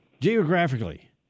Geographically